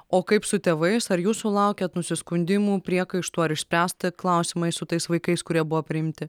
o kaip su tėvais ar jūs sulaukiat nusiskundimų priekaištų ar išspręsti klausimai su tais vaikais kurie buvo priimti